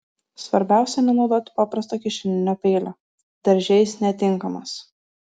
svarbiausia nenaudoti paprasto kišeninio peilio darže jis netinkamas